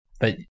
But-